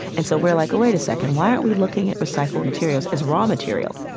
and so we're like, wait a second. why aren't we looking at recyclable materials as raw material,